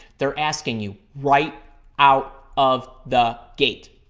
they're asking you right out of the gate.